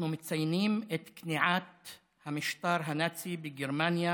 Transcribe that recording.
אנחנו מציינים את כניעת המשטר הנאצי בגרמניה